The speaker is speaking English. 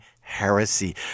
heresy